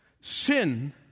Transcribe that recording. Sin